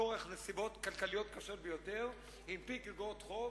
מכורח נסיבות כלכליות קשות ביותר הנפיק איגרות חוב,